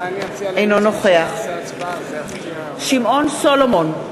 אינו נוכח שמעון סולומון,